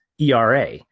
ERA